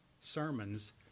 sermons